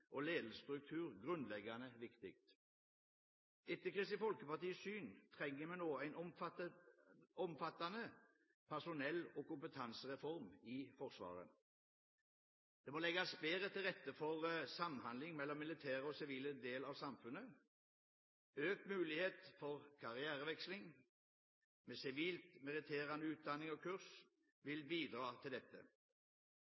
og ledelsesstruktur grunnleggende viktig. Etter Kristelig Folkepartis syn trenger vi nå en omfattende personell- og kompetansereform i Forsvaret. Det må legges bedre til rette for samhandling mellom militær og sivil del av samfunnet. Økt mulighet for karriereveksling, med sivilt meritterende utdanning og kurs, vil